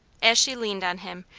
as she leaned on him,